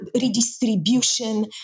redistribution